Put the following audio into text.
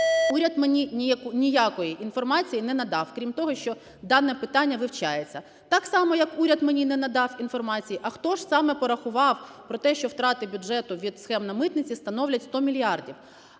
уряд мені ніякої інформації не надав, крім того, що дане питання вивчається, так само як уряд мені не надав інформації, а хто ж саме порахував про те, що втрати бюджету від схем на митниці становить 100 мільярдів.